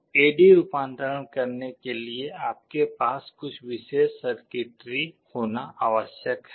ए D रूपांतरण करने के लिए आपके पास कुछ विशेष सर्किटरी होना आवश्यक है